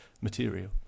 material